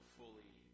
fully